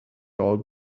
all